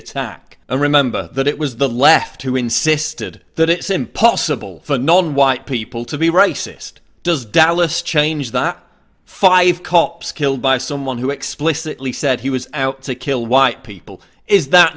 attack and remember that it was the left who insisted that it's impossible for non white people to be racist does dallas change that five cops killed by someone who explicitly said he was out to kill white people is that